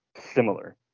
similar